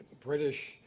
British